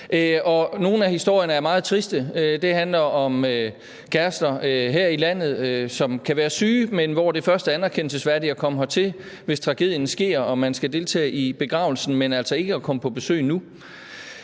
nogle af historierne er meget triste. De handler om kærester her i landet, som kan være syge, men hvor det først er anerkendelsesværdigt at komme hertil, hvis tragedien sker og man skal deltage i begravelsen, men altså ikke at komme på besøg nu.